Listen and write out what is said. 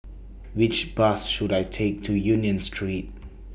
Which Bus should I Take to Union Street